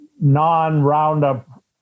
non-Roundup